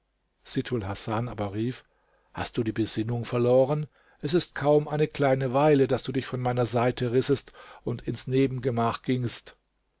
sittulhasan aber rief hast du die besinnung verloren es ist kaum eine kleine weile daß du dich von meiner seite rissest und ins nebengemach gingst